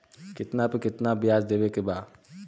कितना पे कितना व्याज देवे के बा?